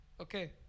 okay